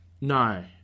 No